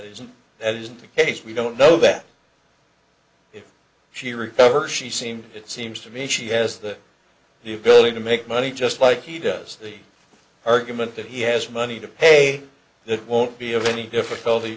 isn't that isn't the case we don't know that if she recover she seemed it seems to me she has the the ability to make money just like he does the argument that he has money to pay it won't be of any difficulty